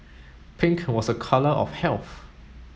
pink was a colour of health